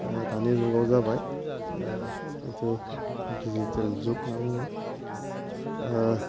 दानि जुगाव जाबाय जिथु दिजिटेल जुग होननानै बुङो